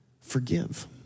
forgive